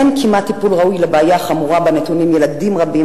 אין כמעט טיפול ראוי לבעיה החמורה שבה נתונים ילדים רבים,